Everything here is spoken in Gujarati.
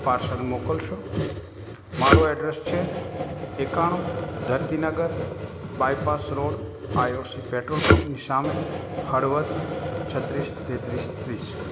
પાર્સલ મોકલશો મારું એડ્રેસ છે એકાણું Dharatinagar bypass road I O C petrol પંપની સામે હળવદ છત્રીસ તેત્રીસ ત્રીસ